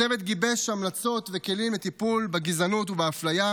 הצוות גיבש המלצות וכלים לטיפול בגזענות ובאפליה,